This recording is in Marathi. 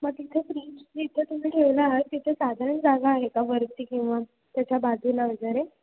मग तिथे फ्रीज जिथं तुम्ही ठेवला आहात तिथे साधारण जागा आहे का वरती किंवा त्याच्या बाजूला वगैरे